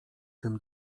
tym